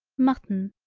mutton,